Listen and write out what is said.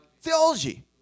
Theology